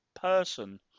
person